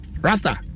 Rasta